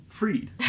freed